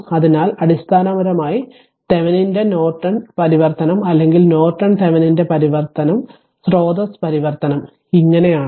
അതിനാൽ അടിസ്ഥാനപരമായി തെവെനിന്റെ നോർട്ടൺ പരിവർത്തനം അല്ലെങ്കിൽ നോർട്ടൺ തെവെനിന്റെ പരിവർത്തന സ്രോതസ്സ് പരിവർത്തനം Thevenin Norton source transformation ഇങ്ങനെ ആണ്